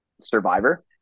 Survivor